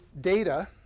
data